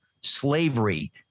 slavery